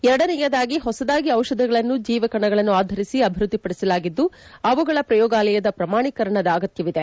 ಎರಡನೇಯದಾಗಿ ಹೊಸದಾಗಿ ಔಷಧಗಳನ್ನು ಜೀವಕಣಗಳನ್ನು ಆಧರಿಸಿ ಅಭಿವೃದ್ದಿ ಪಡಿಸಲಾಗಿದ್ದು ಅವುಗಳ ಪ್ರಯೋಗಾಲಯದ ಪ್ರಮಾಣೇಕರಣ ಅಗತ್ಯವಿದೆ